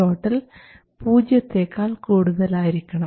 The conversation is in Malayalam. ID പൂജ്യത്തെക്കാൾ കൂടുതലായിരിക്കണം